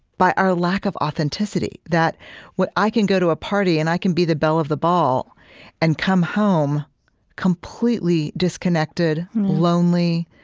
by our lack of authenticity that i can go to a party, and i can be the belle of the ball and come home completely disconnected, lonely,